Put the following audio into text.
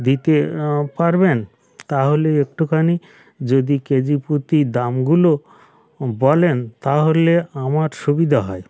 দিতে পারবেন তাহলে একটুখানি যদি কেজি প্রতি দামগুলো বলেন তাহলে আমার সুবিধা হয়